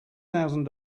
thousand